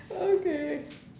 okay